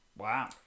Wow